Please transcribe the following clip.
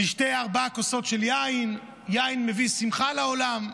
נשתה ארבע כוסות של יין, יין מביא שמחה לעולם.